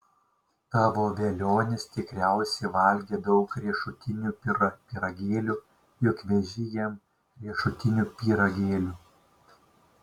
tavo velionis tikriausiai valgė daug riešutinių pyragėlių juk veži jam riešutinių pyragėlių